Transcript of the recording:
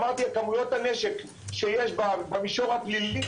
אמרתי כמויות הנשק שיש במישור הפלילי